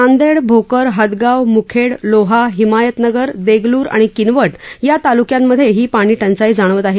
नांदेड भोकर हदगाव मुखेड लोहा हिमायतनगर देगलूर आणि किनवट या तालुक्यांमध्ये ही पाणीटंचाई जाणवत आहे